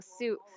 suit